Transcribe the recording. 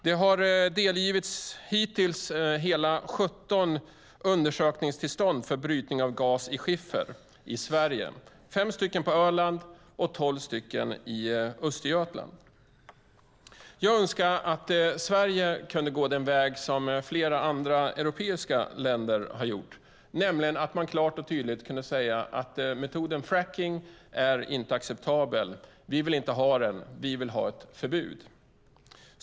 Det har hittills delgivits hela 17 undersökningstillstånd för brytning av gas i skiffer i Sverige - fem på Öland och tolv i Östergötland. Jag önskar att Sverige kunde gå den väg flera andra europeiska länder har gjort, nämligen klart och tydligt säga: Metoden fracking är inte acceptabel. Vi inte vill ha den. Vi vill ha ett förbud.